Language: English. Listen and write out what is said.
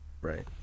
Right